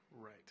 Right